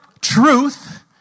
truth